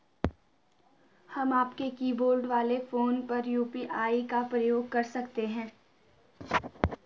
क्या हम कीबोर्ड वाले फोन पर यु.पी.आई का प्रयोग कर सकते हैं?